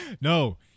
No